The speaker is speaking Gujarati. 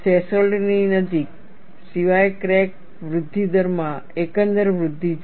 થ્રેશોલ્ડની નજીક સિવાય ક્રેક વૃદ્ધિ દર માં એકંદર વૃદ્ધિ છે